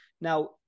Now